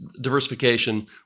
diversification